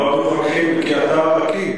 לא מוכרחים, כי אתה בקי.